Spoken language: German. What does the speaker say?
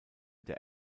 der